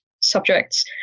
subjects